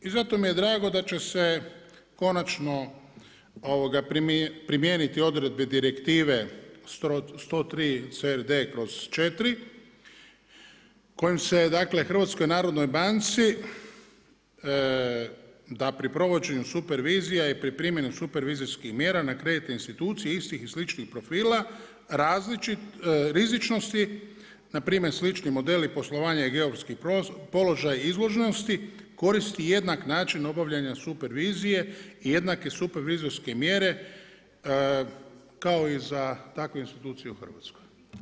I zato mi je drago da će se konačno primijeniti odredbe direktive 103 CRD/IV kojim se dakle HNB-u da pri provođenju supervizija i pri primjeni supervizijskih mjera na kreditne institucije istih i sličnih profila rizičnosti npr. slični modeli poslovanja i europski položaj izložnosti koristi jednak način obavljanja supervizije i jednake supervizroske mjere kao i za takve institucije u Hrvatskoj.